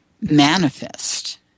manifest